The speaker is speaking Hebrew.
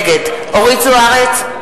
נגד אורית זוארץ,